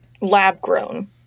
lab-grown